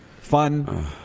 fun